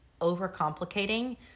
overcomplicating